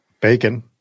Bacon